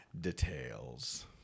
details